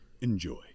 Enjoy